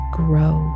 grow